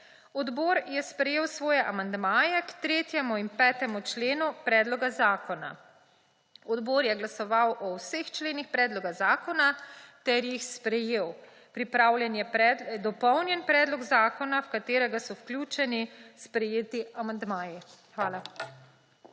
Odbor je sprejel svoje amandmaje k 3. in 5. členu predloga zakona. Odbor je glasoval o vseh členih predloga zakona ter jih sprejel. Pripravljen je dopolnjen predlog zakona, v katerega so vključeni sprejeti amandmaji. Hvala.